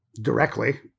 directly